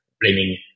blaming